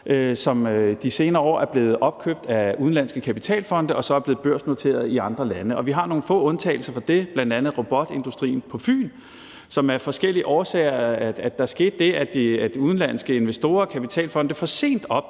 der de senere år er blevet opkøbt af udenlandske kapitalfonde og så er blevet børsnoteret i andre lande. Vi har nogle få undtagelser fra det, bl.a. robotindustrien på Fyn, hvor der af forskellige årsager skete det, at udenlandske investorer og kapitalfonde for sent opdagede,